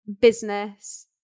business